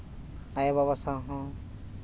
ᱟᱭᱳᱼᱵᱟᱵᱟ ᱥᱟᱶ ᱦᱚᱸ